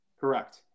correct